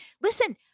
listen